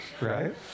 right